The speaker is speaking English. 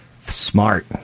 smart